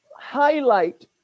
highlight